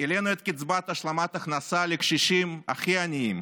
העלינו את קצבת השלמת הכנסה לקשישים הכי עניים,